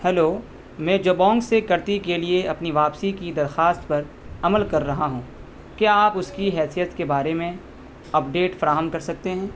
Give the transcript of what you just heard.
hello میں جبونگ سے کرتی کے لیے اپنی واپسی کی درخواست پر عمل کر رہا ہوں کیا آپ اس کی حیثیت کے بارے میں اپڈیٹ فراہم کر سکتے ہیں